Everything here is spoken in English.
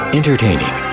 entertaining